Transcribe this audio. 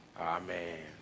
Amen